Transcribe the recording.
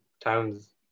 towns